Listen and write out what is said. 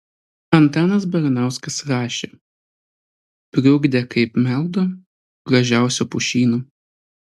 antanas baranauskas rašė priugdę kaip meldo gražiausio pušyno